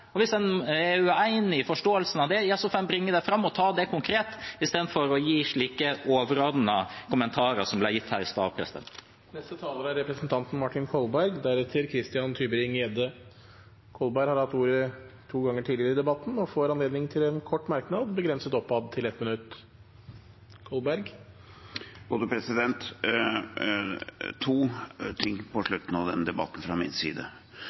Hvis en er uenig i forståelsen av det, så får en bringe det fram og ta det konkret istedenfor å gi slike overordnede kommentarer som ble gitt her i stad. Representanten Martin Kolberg har hatt ordet to ganger tidligere og får ordet til en kort merknad, begrenset til 1 minutt. To ting på slutten av denne debatten fra min side: